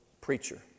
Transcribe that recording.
preacher